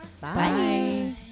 Bye